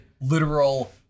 literal